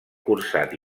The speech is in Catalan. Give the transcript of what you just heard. cursat